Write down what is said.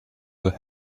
were